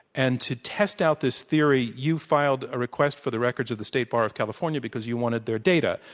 and to test out this theory, you filed a request for the records of the state bar of california because you wanted their data